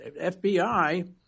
FBI